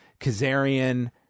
Kazarian